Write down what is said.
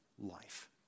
life